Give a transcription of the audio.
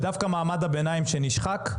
ודווקא מעמד הביניים שנשחק,